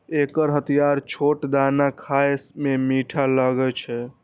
एकर हरियर छोट दाना खाए मे मीठ लागै छै